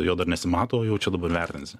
jo dar nesimato o jau čia dabar vertins